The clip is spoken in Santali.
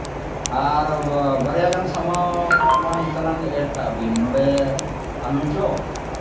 ᱟᱨ ᱵᱟᱨᱭᱟᱜᱟᱱ ᱥᱟᱢᱟᱱ ᱛᱟᱞᱟᱝ ᱮᱰ ᱠᱟᱜ ᱵᱤᱱ ᱱᱚᱰᱮ ᱟᱹᱞᱩ ᱪᱚᱯ